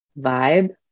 vibe